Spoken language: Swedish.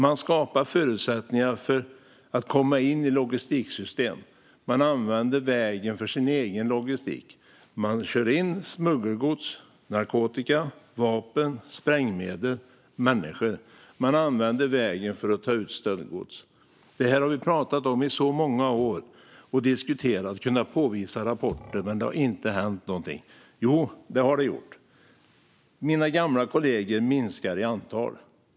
Man skapar förutsättningar för att komma in i logistiksystem, man använder vägen för sin egen logistik, man kör in smuggelgods - narkotika, vapen, sprängmedel och människor - och använder vägen för att ta ut stöldgods. Det här har vi diskuterat i så många år och kunnat påvisa i rapporter, men det har inte hänt någonting. Jo, det har det gjort. Mina gamla kollegor minskar i antal.